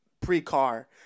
pre-car